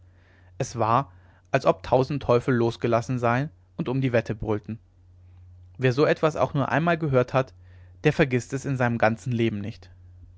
es war als ob tausend teufel losgelassen seien und um die wette brüllten wer so etwas auch nur einmal gehört hat der vergißt es in seinem ganzen leben nicht